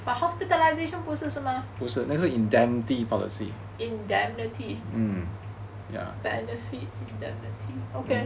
but hospitalisation 不是是吗 indemnity policy indemnity benefit indemnity okay